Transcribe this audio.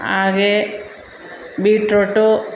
ಹಾಗೇ ಬೀಟ್ರೂಟು